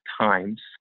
times